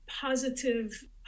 positive